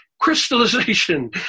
crystallization